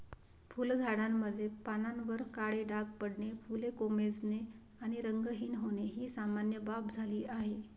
फुलझाडांमध्ये पानांवर काळे डाग पडणे, फुले कोमेजणे आणि रंगहीन होणे ही सामान्य बाब झाली आहे